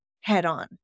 head-on